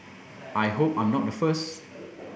I hope I'm not the first